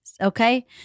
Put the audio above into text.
Okay